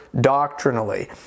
doctrinally